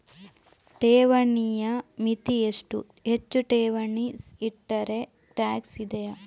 ಠೇವಣಿಯ ಮಿತಿ ಎಷ್ಟು, ಹೆಚ್ಚು ಠೇವಣಿ ಇಟ್ಟರೆ ಟ್ಯಾಕ್ಸ್ ಇದೆಯಾ?